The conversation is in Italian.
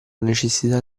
necessità